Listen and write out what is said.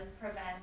prevent